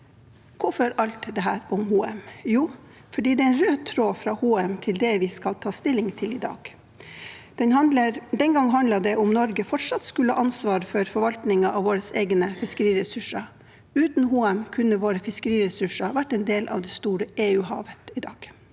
Hvorfor alt dette om Hoem? Jo, fordi det er en rød tråd fra Hoem til det vi skal ta stilling til i dag. Den gang handlet det om Norge fortsatt skulle ha ansvaret for forvaltningen av våre egne fiskeressurser. Uten Hoem kunne våre fiskeriressurser vært en del av det store EU-havet i dag.